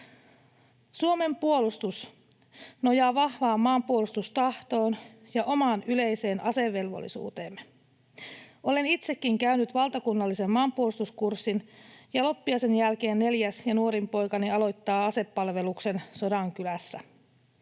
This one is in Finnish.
Suomen puolustus nojaa vahvaan maanpuolustustahtoon ja omaan yleiseen asevelvollisuuteen. Olen itsekin käynyt valtakunnallisen maanpuolustuskurssin, ja loppiaisen jälkeen neljäs ja nuorin poikani aloittaa asepalveluksen Sodankylässä.